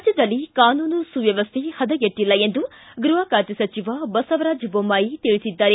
ರಾಜ್ಯದಲ್ಲಿ ಕಾನೂನು ಸುವ್ಯವಸ್ಥೆ ಹದಗೆಟ್ಟಲ್ಲ ಎಂದು ಗೃಹ ಖಾತೆ ಸಚಿವ ಬಸವರಾಜ ಬೊಮ್ಮಾಯಿ ತಿಳಿಸಿದ್ದಾರೆ